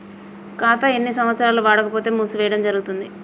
ఖాతా ఎన్ని సంవత్సరాలు వాడకపోతే మూసివేయడం జరుగుతుంది?